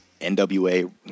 NWA